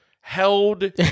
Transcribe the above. held